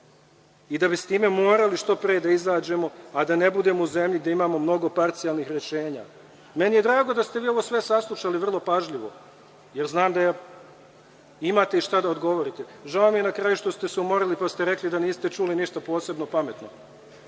i da bi s time morali što pre da izađemo, a da ne budemo u zemlji gde imamo mnogo parcijalnih rešenja. Meni je drago da ste vi ovo sve saslušali vrlo pažljivo, jer znam da imate i šta da odgovorite. Žao mi je na kraju što ste se umorili, pa ste rekli da niste čuli ništa posebno pametno.